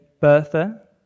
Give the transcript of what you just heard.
Bertha